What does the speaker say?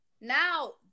now